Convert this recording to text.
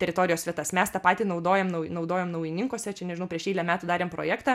teritorijos vietas mes tą patį naudojam naudojom naujininkuose čia nežinau prieš eilę metų darėm projektą